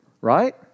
right